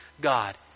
God